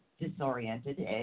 disoriented